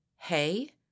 Hey